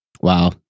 Wow